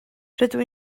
rydw